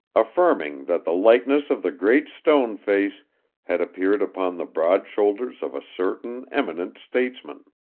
affirming that the likeness of the great stone face had appeared upon the broad shoulders of a certain eminent statesman.